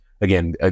Again